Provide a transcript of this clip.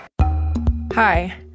Hi